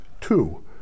Two